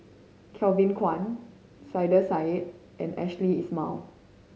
Kevin Kwan Saiedah Said and Ashley Isham